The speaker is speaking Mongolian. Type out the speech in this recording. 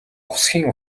ухасхийн